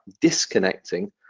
disconnecting